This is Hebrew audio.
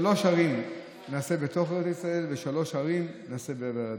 שלוש ערים נעשה בתוך גבולות ישראל ושלוש ערים נעשה בעבר הירדן.